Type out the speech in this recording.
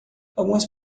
algumas